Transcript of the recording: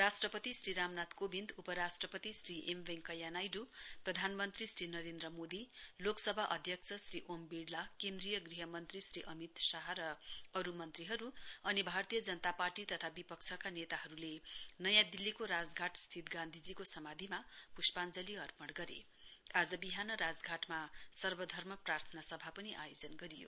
राष्ट्रपति श्री रामनाथ कोविन्द उपराष्ट्रपति श्री एम वैन्कैया नाइडू प्रधानमन्त्री श्री नरेन्द्र मोदी लोकसभा अध्यक्ष श्री ओम विडला केन्द्रीय गृहमन्त्री श्री अमित शाह र अरू मन्त्रीहरू अनि भारतीय जनता पार्टी तथा विपक्षका नेताहरूले नयाँ दिल्लीको राजघाटस्थित गान्धीजीको समाधिमा पुष्पाञ्जली अर्पण गरे आज बिहान राजघाटमा सर्वधर्म प्रार्थना सभा पनि आयोजना गरियो